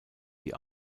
die